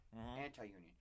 Anti-union